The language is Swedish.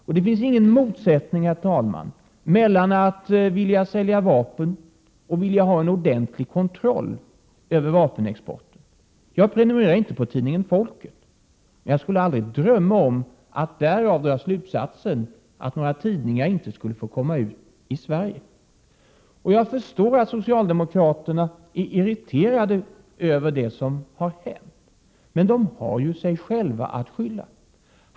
Och det finns ingen motsättning, herr talman, mellan att vilja sälja vapen och att vilja ha en ordentlig kontroll över vapenexporten. Jag prenumererar inte på tidningen Folket, men jag skulle aldrig drömma om att därav dra slutsatsen att några tidningar inte skulle få komma ut i Sverige. Jag förstår att socialdemokraterna är irriterade över det som har hänt, men de har ju sig själva att skylla.